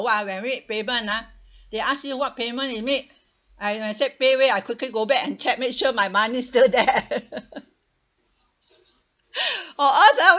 ah when make payment ah they ask you what payment you make I when they said paywave I quickly go back and check make sure my money still there or else ah